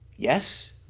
Yes